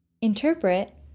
Interpret